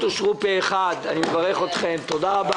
פה אחד תקנות מס רכוש וקרן פיצויים